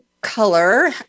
color